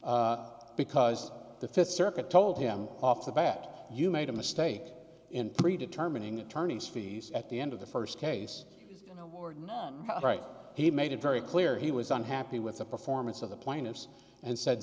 d because the fifth circuit told him off the bat you made a mistake in three determining attorney's fees at the end of the first case were not right he made it very clear he was unhappy with the performance of the plaintiffs and said